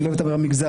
אני לא אדבר על מגזר,